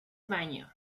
baño